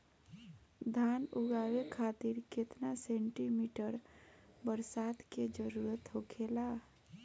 धान उगावे खातिर केतना सेंटीमीटर बरसात के जरूरत होखेला?